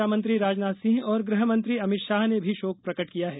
रक्षा मंत्री राजनाथ सिंह और गृहमंत्री अमित शाह ने भी शोक प्रकट किया है